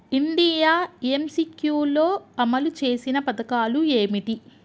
India M C Q లో అమలు చేసిన పథకాలు ఏమిటి?